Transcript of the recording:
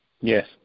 Yes